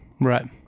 Right